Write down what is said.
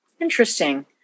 Interesting